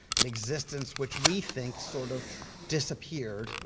an existence which we think sort of disappeared,